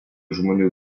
žmonių